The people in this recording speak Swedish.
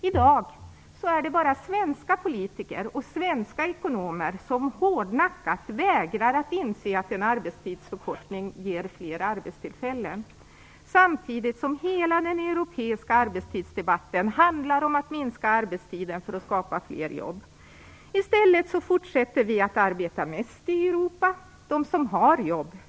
I dag är det bara svenska politiker och svenska ekonomer som hårdnackat vägrar att inse att en arbetstidsförkortning ger fler arbetstillfällen, samtidigt som hela den europeiska arbetstidsdebatten handlar om att minska arbetstiden för att skapa fler jobb. I stället fortsätter vi att arbeta mest i Europa - dvs. de som har jobb.